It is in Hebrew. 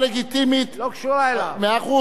אבל אנחנו, השאילתא הדחופה שלי על סדר-היום.